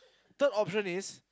third option is